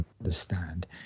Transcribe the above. understand